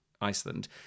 Iceland